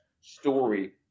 story